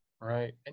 Right